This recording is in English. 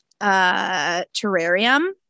terrarium